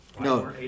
No